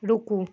रूकू